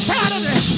Saturday